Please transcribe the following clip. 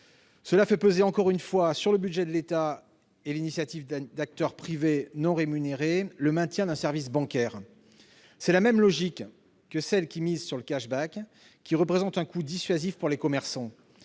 Cela fait peser encore une fois sur le budget de l'État et sur l'initiative d'acteurs privés non rémunérés le maintien d'un service bancaire. C'est la même logique que celle qui mise sur le, qui représente un coût dissuasif pour les commerçants.